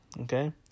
Okay